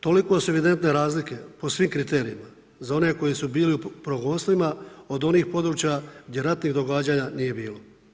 Toliko su evidentne razlike po svim kriterijima za one koji su bili u progonstvima od onih područja gdje ratnih događanja nije bilo.